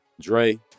Dre